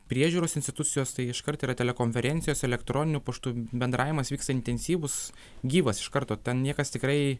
priežiūros institucijos tai iškart yra telekonferencijos elektroniniu paštu bendravimas vyksta intensyvūs gyvas iš karto ten niekas tikrai